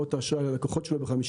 מלמעלה מ-500,000 לקוחות.